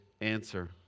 answer